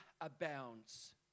abounds